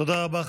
תודה רבה.